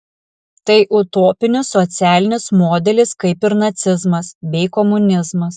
tai utopinis socialinis modelis kaip ir nacizmas bei komunizmas